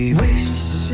wish